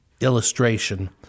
illustration